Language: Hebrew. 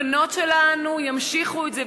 הבנות שלנו ימשיכו את זה,